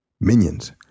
Minions